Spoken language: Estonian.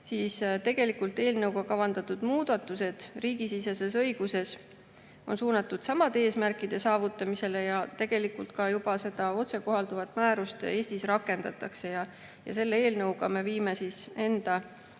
siis eelnõuga kavandatud muudatused riigisiseses õiguses on suunatud samade eesmärkide saavutamisele ja tegelikult seda otsekohalduvat määrust Eestis ka juba rakendatakse. Selle eelnõuga me viime enda